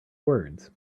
words